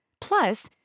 Plus